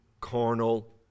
carnal